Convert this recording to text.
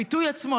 הפיתוי עצמו,